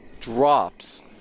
drops